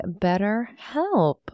BetterHelp